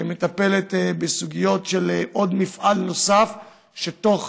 שמטפלת בסוגיות של עוד מפעל נוסף שתוך